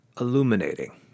illuminating